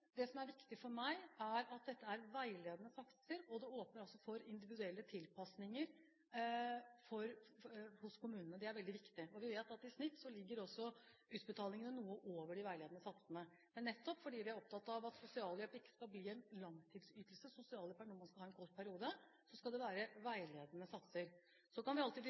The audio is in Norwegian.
Det som er viktig for meg, er at dette er veiledende satser, og det åpner altså for individuelle tilpasninger hos kommunene. Det er veldig viktig. Vi vet at i snitt ligger også utbetalingene noe over de veiledende satsene. Men nettopp fordi vi er opptatt av at sosialhjelp ikke skal bli en langtidsytelse – sosialhjelp er noe man skal ha en kort periode – skal det være veiledende satser. Så kan vi alltid